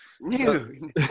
New